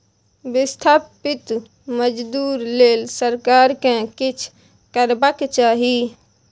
बिस्थापित मजदूर लेल सरकार केँ किछ करबाक चाही